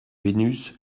vénus